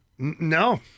No